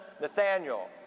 nathaniel